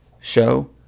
show